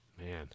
Man